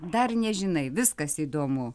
dar nežinai viskas įdomu